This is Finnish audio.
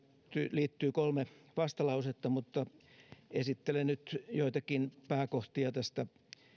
liittyy kolme vastalausetta mutta esittelen nyt joitakin pääkohtia tästä